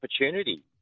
opportunity